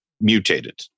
mutated